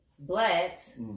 Blacks